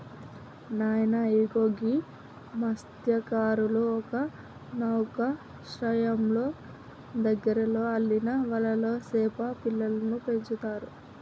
నాయన ఇగో గీ మస్త్యకారులు ఒక నౌకశ్రయంలో దగ్గరలో అల్లిన వలలో సేప పిల్లలను పెంచుతారు